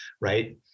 right